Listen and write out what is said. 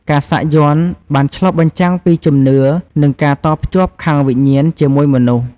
ការសាក់យ័ន្តបានឆ្លុះបញ្ចាំងពីជំនឿ និងការតភ្ជាប់ខាងវិញ្ញាណ ជាមួយមនុស្ស។